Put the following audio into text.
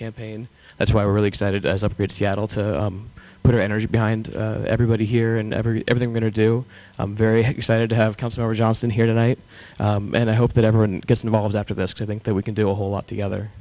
campaign that's why we're really excited as a brit seattle to put energy behind everybody here and every everything going to do i'm very excited to have come over johnston here tonight and i hope that everyone gets involved after this i think that we can do a whole lot together